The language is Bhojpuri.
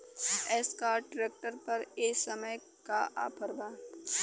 एस्कार्ट ट्रैक्टर पर ए समय का ऑफ़र बा?